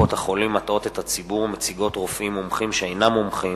קופות-החולים מטעות את הציבור ומציגות רופאים מומחים שאינם מומחים,